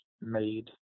made